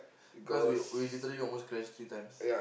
cause we we literally almost crash three times